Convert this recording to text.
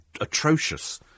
atrocious